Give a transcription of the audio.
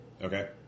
Okay